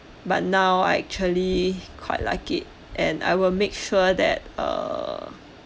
but now I actually quite like it and I will make sure that err